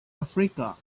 africa